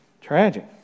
Tragic